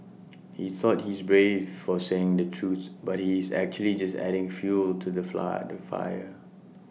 he thought he's brave for saying the truth but he's actually just adding fuel to the flat the fire